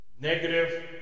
negative